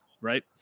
right